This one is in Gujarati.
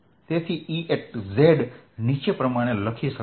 તેથી Ez નીચે પ્રમાણે લખી શકાશે